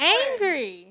angry